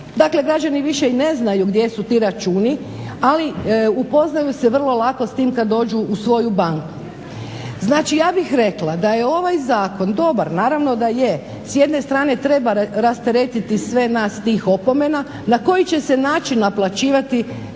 Dakle, građani više i ne znaju gdje su ti računi, ali upoznaju se vrlo lako s tim kad dođu u svoju banku. Znači, ja bih rekla da je ovaj zakon dobar, naravno da je. S jedne strane treba rasteretiti sve nas tih opomena. Na koji će se način naplaćivati,